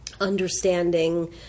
understanding